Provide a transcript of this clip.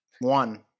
one